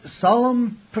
solemn